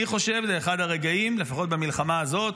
אני חושב, זה אחד הרגעים, לפחות במלחמה הזאת,